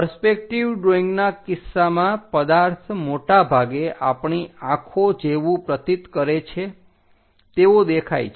perspective ડ્રોઈંગના કિસ્સામાં પદાર્થ મોટાભાગે આપણી આંખો જેવુ પ્રતીત કરે છે તેવો દેખાય છે